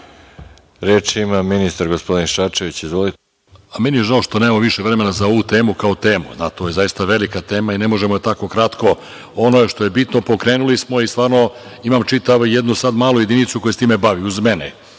ima ministar, gospodina Šarčević. Izvolite. **Mladen Šarčević** Meni je žao što nemamo više vremena za ovu temu kao temu. To je zaista velika tema i ne možemo je tako kratko. Ono što je bitno, pokrenuli smo i stvarno imam čitavu jednu malu jedinicu koja se time bavi uz mene.